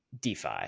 defi